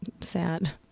sad